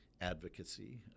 Advocacy